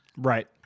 Right